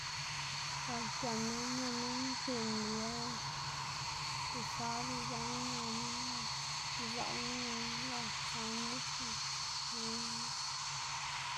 Par këma ñama nkiꞌn be lë diafab izëꞌma ñama ga izaꞌlma ñama ga tsa nis.